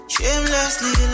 Shamelessly